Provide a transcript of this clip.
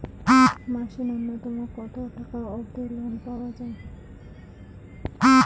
মাসে নূন্যতম কতো টাকা অব্দি লোন পাওয়া যায়?